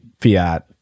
fiat